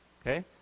Okay